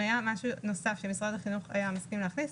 אם היה משהו נוסף שמשרד החינוך היה מסכים להכניס,